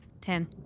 Ten